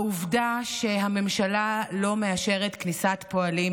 העובדה שהממשלה לא מאשרת כניסת פועלים